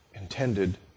intended